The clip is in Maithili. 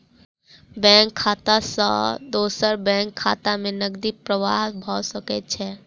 बैंक खाता सॅ दोसर बैंक खाता में नकदी प्रवाह भ सकै छै